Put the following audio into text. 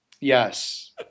yes